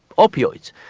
opiates,